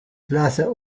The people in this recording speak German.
klasse